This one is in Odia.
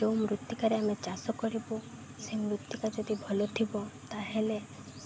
ଯେଉଁ ମୃତ୍ତିିକାରେ ଆମେ ଚାଷ କରିବୁ ସେ ମୃତ୍ତିକା ଯଦି ଭଲ ଥିବ ତା'ହେଲେ